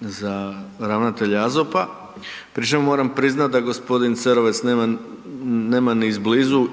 za ravnatelja AZOP-a, pri čemu moram priznati da g. Cerovac nema ni izblizu